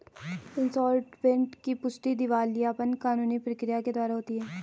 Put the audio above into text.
insolvent की पुष्टि दिवालियापन कानूनी प्रक्रिया के द्वारा होती है